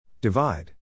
Divide